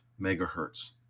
megahertz